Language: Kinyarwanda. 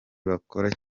bakora